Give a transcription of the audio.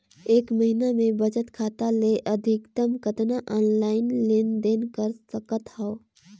एक महीना मे बचत खाता ले अधिकतम कतना ऑनलाइन लेन देन कर सकत हव?